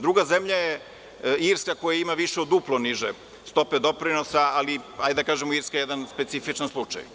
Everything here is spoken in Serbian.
Druga zemlja je Irska koja ima više od duplo niže stope doprinosa, ali hajde da kažemo, Irska je jedan specifičan slučaj.